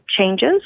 changes